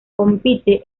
compite